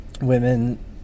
women